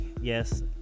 yes